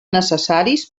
necessaris